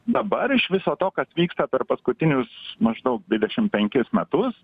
dabar iš viso to kas vyksta per paskutinius maždaug dvidešim penkis metus